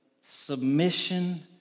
submission